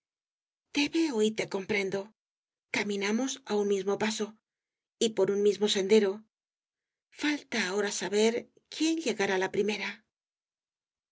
te comprendo caminamos á un mismo paso y por un mismo sendero falta ahora saber quién llegará la primera